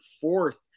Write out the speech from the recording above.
fourth